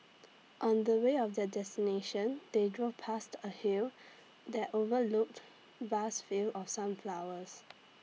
on the way of their destination they drove past A hill that overlooked vast field of sunflowers